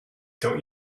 don’t